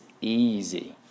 easy